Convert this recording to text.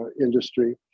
industry